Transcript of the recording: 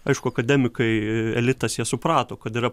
aišku akademikai elitas jie suprato kad yra